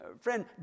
Friend